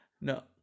No